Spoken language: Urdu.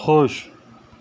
خوش